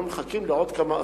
אנחנו מחכים לעוד כמה אסונות?